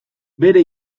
bere